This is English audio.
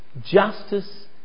Justice